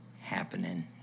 happening